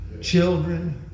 children